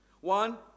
One